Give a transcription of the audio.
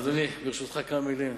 אדוני, ברשותך, כמה מלים.